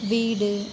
வீடு